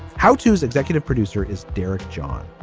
how tos executive producer is derek. john.